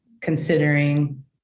considering